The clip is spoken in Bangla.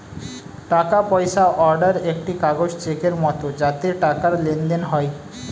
টাকা পয়সা অর্ডার একটি কাগজ চেকের মত যাতে টাকার লেনদেন হয়